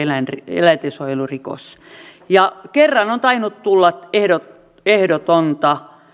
eläintensuojelurikos kerran on tainnut tulla ehdotonta